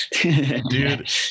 Dude